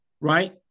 right